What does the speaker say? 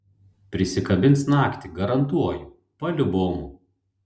prisikabins naktį garantuoju paliubomu